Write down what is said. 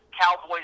Cowboys